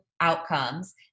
outcomes